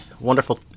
wonderful